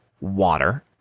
water